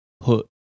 Put